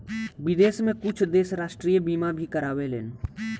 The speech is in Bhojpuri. विदेश में कुछ देश राष्ट्रीय बीमा भी कारावेलन